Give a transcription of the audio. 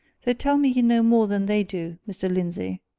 they tell me you know more than they do, mr. lindsey.